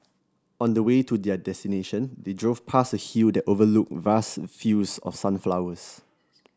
on the way to their destination they drove past a hill that overlooked vast fields of sunflowers